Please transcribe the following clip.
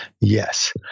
Yes